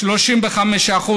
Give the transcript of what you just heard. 35%,